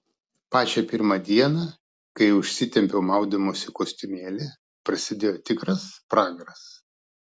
pačią pirmą dieną kai užsitempiau maudymosi kostiumėlį prasidėjo tikras pragaras